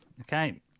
Okay